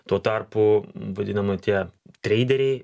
tuo tarpu vadinami tie treideriai